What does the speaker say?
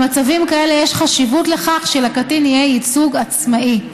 במצבים כאלה יש חשיבות לכך שלקטין יהיה ייצוג עצמאי.